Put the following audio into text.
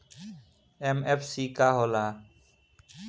MFC का हो़ला?